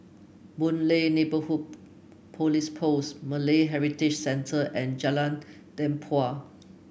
Boon Lay Neighbourhood Police Post Malay Heritage Centre and Jalan Tempua